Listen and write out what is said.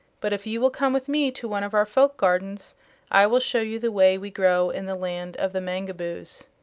but if you will come with me to one of our folk gardens i will show you the way we grow in the land of the mangaboos.